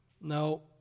No